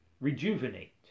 rejuvenate